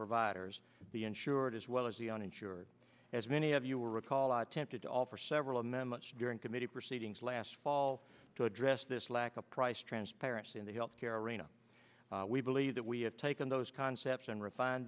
providers the insured as well as the uninsured as many of you will recall i attempted to offer several men much during committee proceedings last fall to address this lack of price transparency in the health care arena we believe that we have taken those concepts and refined